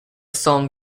song